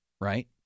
right